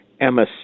Emma